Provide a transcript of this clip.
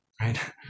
right